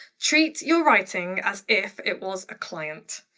treat your writing as if it was a client.